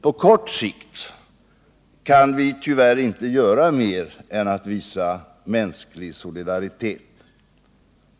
På kort sikt kan vi tyvärr inte göra mer än att visa mänsklig solidaritet.